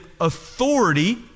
authority